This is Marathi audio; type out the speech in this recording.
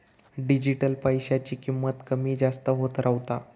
डिजिटल पैशाची किंमत कमी जास्त होत रव्हता